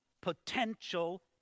potential